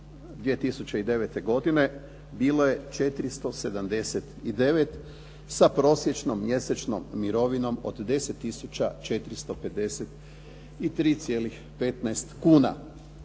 2009. godine bilo je 479 sa prosječnom mjesečnom mirovinom od 10 453,15 kuna,